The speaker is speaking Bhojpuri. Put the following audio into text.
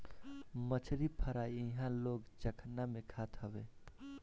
मछरी फ्राई इहां लोग चखना में खात हवे